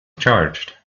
charged